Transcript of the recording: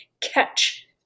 catch